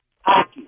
Hockey